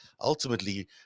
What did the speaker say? ultimately